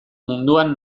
munduan